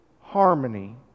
harmony